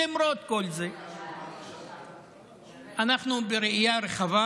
למרות כל זה אנחנו אומרים, בראייה רחבה,